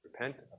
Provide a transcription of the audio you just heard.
Repent